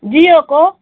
जियोको